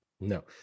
No